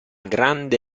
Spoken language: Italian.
grande